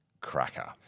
cracker